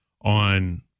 on